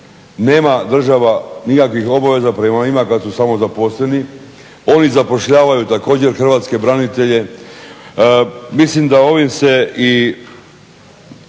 nema država nikakvih obaveza prema njima kad su samozaposleni. Oni zapošljavaju također hrvatske branitelje. Mislim da ovim se i